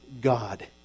God